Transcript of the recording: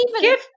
give